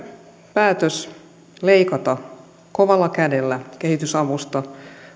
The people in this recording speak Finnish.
päätös leikata kovalla kädellä kehitysavusta